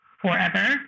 forever